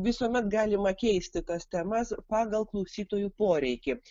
visuomet galima keisti tas temas pagal klausytojų poreikį